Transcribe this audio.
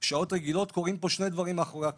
שעות רגילות, קורים פה שני דברים מאחורי הקלעים: